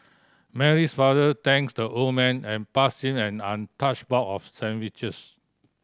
Mary's father thanked the old man and pass him an untouched box of sandwiches